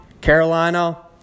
Carolina